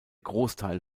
großteil